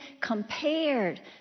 compared